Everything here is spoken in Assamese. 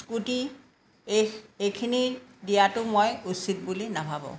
স্কুটি এই এইখিনি দিয়াতো মই উচিত বুলি নাভাবোঁ